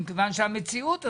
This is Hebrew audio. מכיוון שהמציאות הזאת,